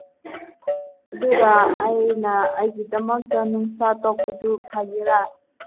ꯑꯗꯨꯒ ꯑꯩꯅ ꯑꯩꯒꯤꯃꯗꯛꯇ ꯅꯨꯡꯁꯥ ꯊꯣꯛꯄꯗꯨ ꯐꯒꯦꯔꯥ